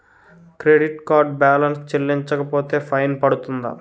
Credit card balance చెల్లించకపోతే fine పడ్తుంద?